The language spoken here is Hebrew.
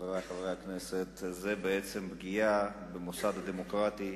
חברי חברי הכנסת, היא בעצם פגיעה במוסד הדמוקרטי,